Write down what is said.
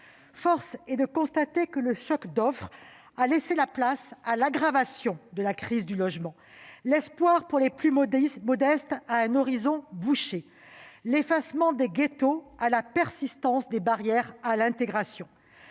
Force est de constater que le choc d'offre a laissé place à l'aggravation de la crise du logement, l'espoir pour les plus modestes à un horizon bouché et l'effacement des ghettos à la persistance des barrières à l'intégration.